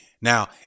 now